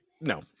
No